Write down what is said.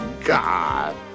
god